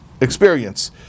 experience